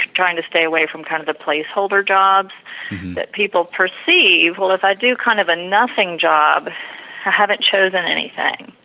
trying to stay away from kind of the placeholder jobs that people perceive, well, if i do kind of a nothing job, i haven't chosen anything,